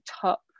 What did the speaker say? top